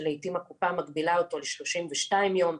שלעיתים הקופה מגבילה אותו ל-32 יום,